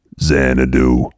xanadu